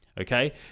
okay